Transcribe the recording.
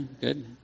good